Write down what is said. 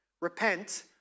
Repent